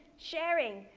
sharing,